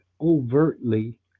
overtly